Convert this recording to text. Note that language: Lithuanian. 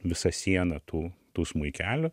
visą sieną tų tų smuikelių